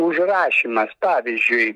užrašymas pavyzdžiui